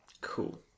cool